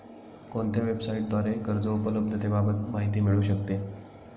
कोणत्या वेबसाईटद्वारे कर्ज उपलब्धतेबाबत माहिती मिळू शकते?